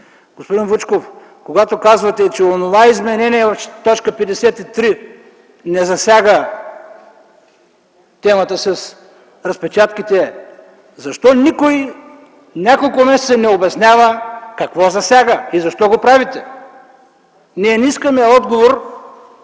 Господин Вучков, когато казвате, че онова изменение в т. 53 не засяга темата с разпечатките, кажете защо никой от няколко месеца не обяснява какво засягате и защо го правите? Ние не искаме отговор,